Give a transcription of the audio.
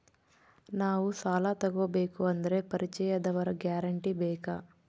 ನಾವು ಸಾಲ ತೋಗಬೇಕು ಅಂದರೆ ಪರಿಚಯದವರ ಗ್ಯಾರಂಟಿ ಬೇಕಾ?